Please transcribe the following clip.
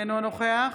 אינו נוכח